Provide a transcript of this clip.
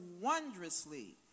wondrously